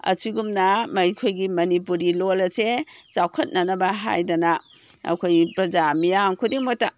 ꯑꯁꯤꯒꯨꯝꯅ ꯑꯩꯈꯣꯏꯒꯤ ꯃꯅꯤꯄꯨꯔꯤ ꯂꯣꯟ ꯑꯁꯦ ꯆꯥꯎꯈꯠꯅꯅꯕ ꯍꯥꯏꯗꯅ ꯑꯩꯈꯣꯏ ꯄ꯭ꯔꯖꯥ ꯃꯤꯌꯥꯝ ꯈꯨꯗꯤꯡꯃꯛꯇ